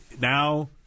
now